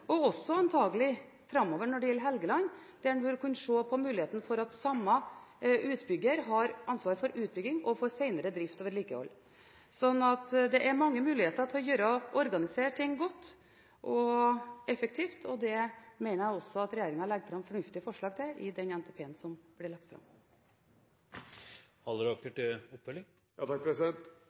Helgeland framover, der en vil kunne se på muligheten for at samme utbygger har ansvar for utbygging og for senere drift og vedlikehold. Det er mange muligheter til å organisere ting godt og effektivt, og det mener jeg også at regjeringen legger fram fornuftige forslag til i NTP-en som ble lagt fram.